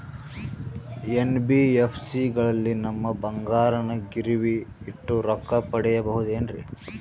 NBFC ಗಳಲ್ಲಿ ನಮ್ಮ ಬಂಗಾರನ ಗಿರಿವಿ ಇಟ್ಟು ರೊಕ್ಕ ಪಡೆಯಬಹುದೇನ್ರಿ?